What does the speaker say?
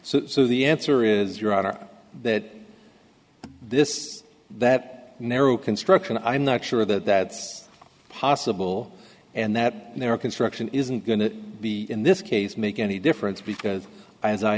t so the answer is your honor that this that narrow construction i'm not sure that that's possible and that there are construction isn't going to be in this case make any difference because as i